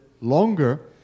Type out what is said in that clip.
longer